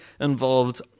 involved